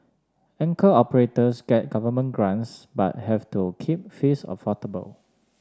anchor operators get government grants but have to keep fees affordable